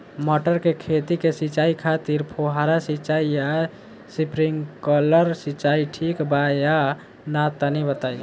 मटर के खेती के सिचाई खातिर फुहारा सिंचाई या स्प्रिंकलर सिंचाई ठीक बा या ना तनि बताई?